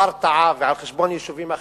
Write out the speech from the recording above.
ברטעה ועל חשבון יישובים אחרים,